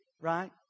right